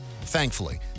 thankfully